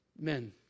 Men